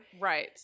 Right